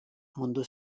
mundu